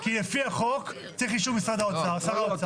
כי לפי החוק צריך אישור שר האוצר.